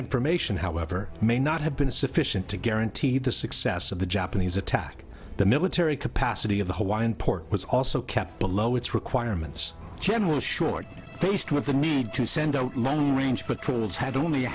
information however may not have been sufficient to guarantee the success of the japanese attack the military capacity of the hawaiian port was also kept below its requirements general short faced with the need to send out range patrols had only a